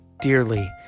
dearly